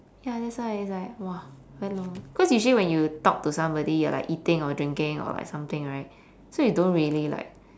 ya that's why it's like !wah! very long cause usually when you talk to somebody you're like eating or drinking or like something right so you don't really like